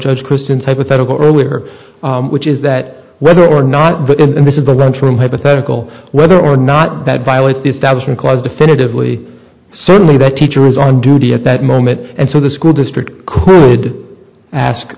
judge christians hypothetical earlier which is that whether or not this is the lunchroom hypothetical whether or not that violates the establishment clause definitively certainly the teacher is on duty at that moment and so the school district could ask